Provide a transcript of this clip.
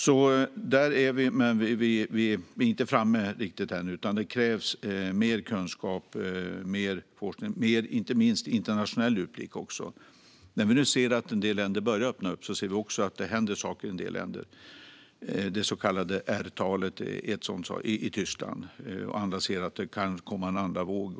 Vi är inte riktigt framme ännu, utan det krävs mer kunskap, forskning och, inte minst, internationell utblick. När vi nu ser att en del länder börjar öppna upp ser vi också att det händer saker där. Det så kallade R-talet i Tyskland är en sådan sak. Andra ser att det kan komma en andra våg.